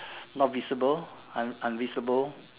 not visible un~ unvisible